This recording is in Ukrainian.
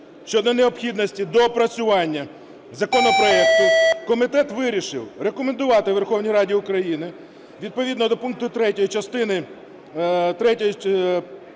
щодо необхідності доопрацювання законопроекту, комітет вирішив рекомендувати Верховній Раді України відповідно до пункту 3 частини